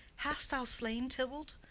hast thou slain tybalt?